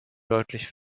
deutlich